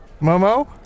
Momo